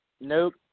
nope